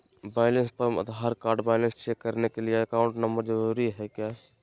Balance pump Aadhaar card balance check करने के लिए अकाउंट नंबर जरूरी है क्या?